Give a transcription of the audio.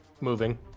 moving